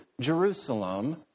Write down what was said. Jerusalem